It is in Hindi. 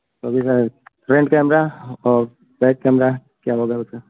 अभी है फ़्रंट कैमरा और बैक कैमरा क्या होगा उसमें